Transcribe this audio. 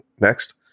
Next